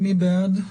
מי בעד?